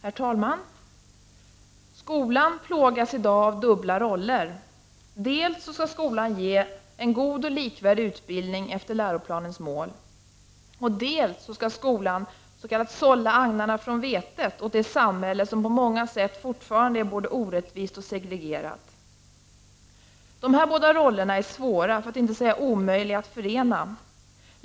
Herr talman! Skolan plågas i dag av dubbla roller. Dels skall skolan ge en god och likvärdig utbildning efter läroplanens mål. Dels skall skolan ”sålla agnarna från vetet” åt det samhälle som på många sätt fortfarande är både orättvist och segregerat. Dessa båda roller är svåra, för att inte säga omöjliga, att förena.